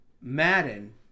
Madden